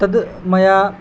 तद् मया